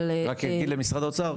אבל --- רק להגיד למשרד האוצר,